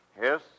Yes